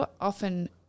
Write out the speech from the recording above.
often